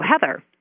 Heather